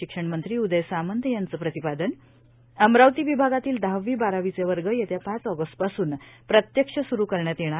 शिक्षण मंत्री उदय सामंत यांचं प्रतिपादन अमरावती विभागातील दहावी बारावीचे वर्ग येत्या पाच ऑगस्ट पासून प्रत्यक्ष सुरू करण्यात येणार